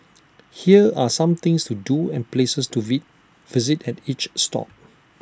here are some things to do and places to V visit at each stop